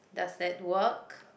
does that work